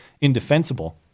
indefensible